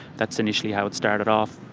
that's initially how it started off.